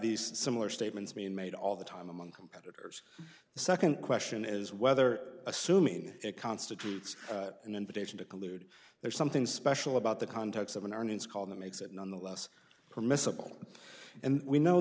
these similar statements being made all the time among competitors the second question is whether assuming it constitutes an invitation to collude there's something special about the context of an earnings call that makes it none the less permissible and we know